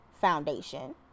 Foundation